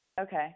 Okay